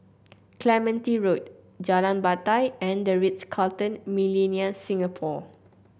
Clementi Road Jalan Batai and The Ritz Carlton Millenia Singapore